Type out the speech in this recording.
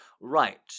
right